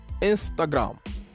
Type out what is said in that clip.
Instagram